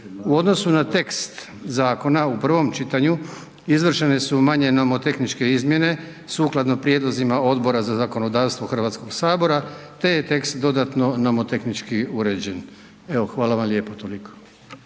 U odnosu na tekst zakona u prvom čitanju izvršene su manje nomotehničke izmjene sukladno prijedlozima Odbora za zakonodavstvo Hrvatskog sabora te je tekst dodatno nomotehnički uređen. Hvala vam lijepo, toliko.